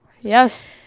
Yes